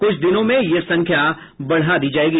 कुछ दिनों में यह संख्या बढ़ा दी जाएगी